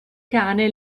cane